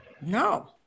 No